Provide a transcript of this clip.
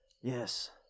Yes